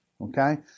Okay